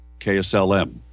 KSLM